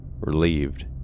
relieved